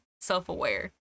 self-aware